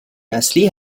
نسلی